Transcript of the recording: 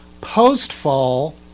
Post-fall